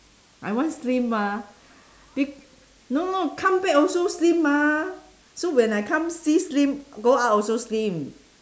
I want slim mah be~ no no come back also slim mah so when I come see slim go out also slim